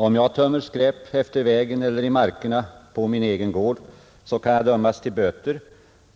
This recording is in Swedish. Om jag tömmer skräp efter vägen eller i markerna på min egen gård kan jag dömas till böter,